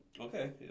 Okay